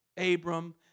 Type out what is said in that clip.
Abram